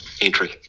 entry